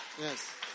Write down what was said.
Yes